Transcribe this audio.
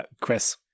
Chris